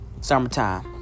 Summertime